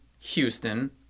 Houston